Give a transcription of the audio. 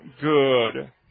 good